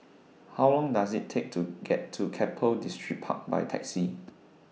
How Long Does IT Take to get to Keppel Distripark By Taxi